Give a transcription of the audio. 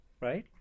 right